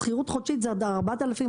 שכירות חודשית זה בערך 4,000,